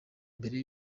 mbere